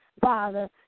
Father